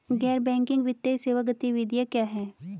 गैर बैंकिंग वित्तीय सेवा गतिविधियाँ क्या हैं?